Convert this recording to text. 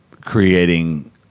creating